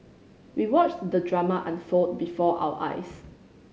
we watched the drama unfold before our eyes